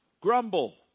grumble